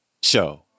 Show